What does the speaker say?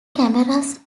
cameras